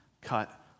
cut